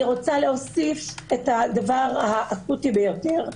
אני רוצה להוסיף את הדבר האקוטי ביותר,